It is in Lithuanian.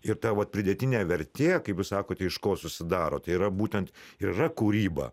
ir ta va pridėtinė vertė kaip jūs sakot iš ko susidaro tai yra būtent ir yra kūryba